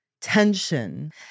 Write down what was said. tension